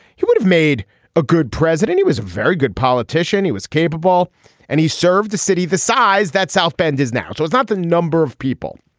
he would have made a good president he was a very good politician he was capable and he served the city the size that south bend is now. so it's not the number of people.